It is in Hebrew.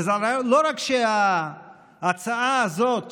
וזה לא רק שההצעה הזאת,